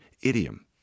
idiom